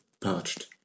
parched